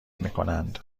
میکنند